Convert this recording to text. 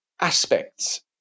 aspects